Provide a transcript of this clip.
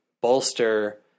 bolster